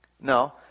No